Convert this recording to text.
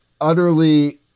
utterly